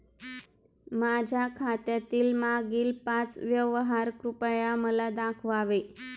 माझ्या खात्यातील मागील पाच व्यवहार कृपया मला दाखवावे